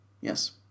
Yes